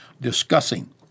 discussing